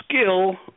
skill